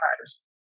lives